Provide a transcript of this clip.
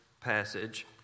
passage